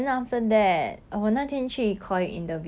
who can go travlleing sia